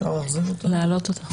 אפשר להחזיר אותה?